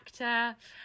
actor